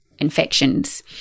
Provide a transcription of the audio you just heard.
Infections